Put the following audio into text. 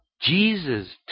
Jesus